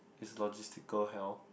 it's logistical hell